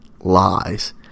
lies